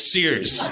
Sears